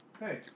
Hey